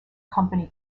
company